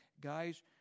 Guys